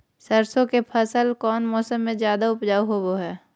सरसों के फसल कौन मौसम में ज्यादा उपजाऊ होबो हय?